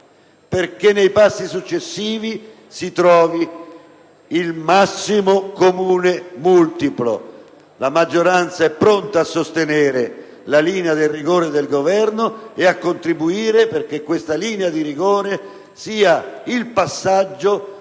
perché nei passi successivi si trovi il minimo comune multiplo. La maggioranza è pronta a sostenere la linea del rigore del Governo, e a contribuire perché essa sia il passaggio verso